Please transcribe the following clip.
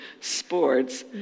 sports